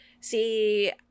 see